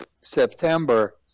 September